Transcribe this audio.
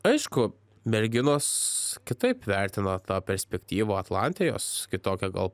aišku merginos kitaip vertina tą perspektyvą atlante jos kitokią gal